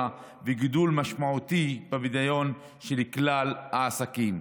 וגידול משמעותי בפדיון של כלל העסקים.